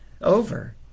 over